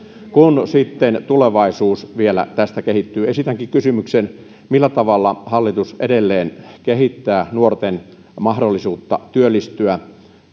kun sitten tulevaisuus vielä tästä kehittyy esitänkin kysymyksen millä tavalla hallitus edelleen kehittää nuorten mahdollisuutta työllistyä